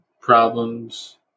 problems